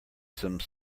some